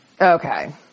Okay